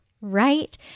right